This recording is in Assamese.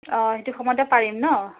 অঁ সেইটো সময়তে পাৰিম ন